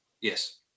Yes